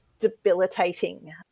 Debilitating